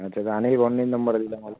अच्छा तर अनिल भाऊंनी नंबर दिला आहे मला